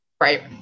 Right